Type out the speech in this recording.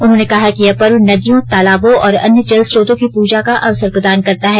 उन्होंने कहा कि यह पर्व नदियों तालाबों और अन्य जल स्रोतों की पूजा का अवसर प्रदान करता है